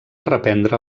reprendre